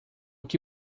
que